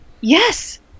yes